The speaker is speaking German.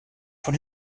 von